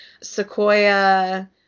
Sequoia